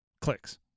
clicks